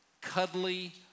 cuddly